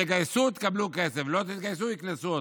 תתגייסו, תקבלו כסף, לא תתגייסו, יקנסו אתכם.